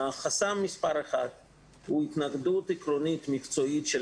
חסם מספר אחד הוא התנגדות עקרונית מקצועית של